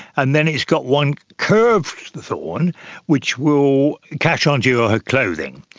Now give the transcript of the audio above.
and then it's got one curved thorn which will catch onto your clothing.